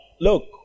look